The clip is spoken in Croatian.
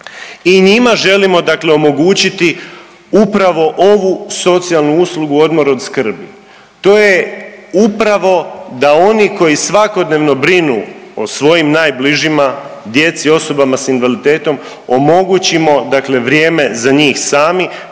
i njima želimo dakle omogućiti upravo ovu socijalnu uslugu „Odmor od skrbi“. To je upravo da oni koji svakodnevno brinu o svojim najbližima, djeci i osobama s invaliditetom, omogućimo dakle vrijeme za njih sami